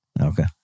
Okay